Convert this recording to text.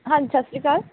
ਹਾਂਜੀ ਸਤਿ ਸ਼੍ਰੀ ਅਕਾਲ